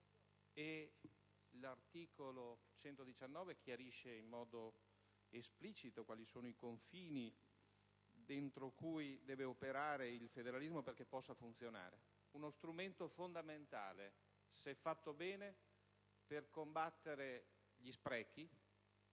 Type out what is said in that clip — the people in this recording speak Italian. collega Morando, chiarisce in modo esplicito quali sono i confini all'interno dei quali deve operare il federalismo perché possa funzionare. Uno strumento fondamentale, se fatto bene, per combattere gli sprechi,